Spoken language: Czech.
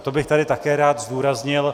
To bych tady také rád zdůraznil.